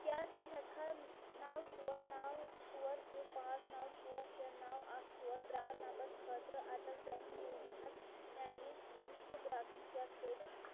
کیٛاہ ژٕ ہٮ۪کہٕ کھا نَو ژور نَو ژور زٕ پانٛژھ نَو ژور شےٚ نَو اَکھ ژور پران نمبر خٲطرٕ اَٹل پٮ۪نشَن یوجناہَس میٛانہِ حصُک رقم چَک کٔرِتھ